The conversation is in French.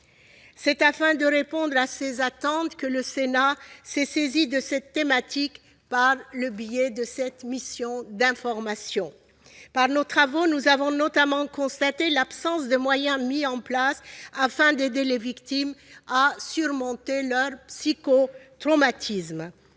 C'est pour répondre à ces attentes que le Sénat s'est saisi de cette thématique par le biais d'une mission d'information. Par nos travaux, nous avons notamment constaté l'absence de moyens mis en place afin d'aider les victimes à surmonter leur psychotraumatisme